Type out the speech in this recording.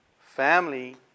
family